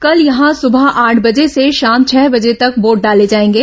कल यहां सुबह आठ बजे से शाम छह बजे तक वोट डाले जाएंगे